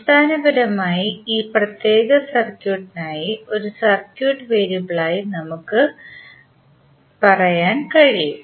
അടിസ്ഥാനപരമായി ഈ പ്രത്യേക സർക്യൂട്ടിനായി ഒരു സർക്യൂട്ട് വേരിയബിളായി നമുക്ക് പറയാൻ കഴിയും